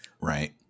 Right